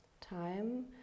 time